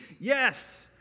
yes